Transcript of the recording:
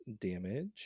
damage